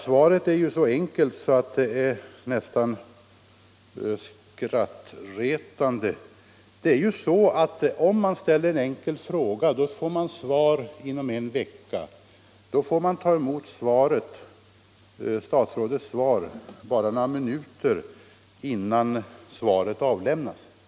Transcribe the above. Svaret på detta är så enkelt att det är nästan skrattretande. Det är ju så att den som ställer en fråga får svar på den inom en vecka, då frågeställaren får ta emot statsrådets skriftliga svar bara några minuter innan svaret avlämnas i kammaren.